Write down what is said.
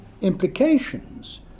implications